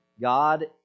God